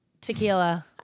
Tequila